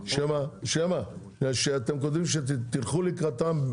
כשאתם יודעים שתלכו לקראתם?